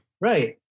Right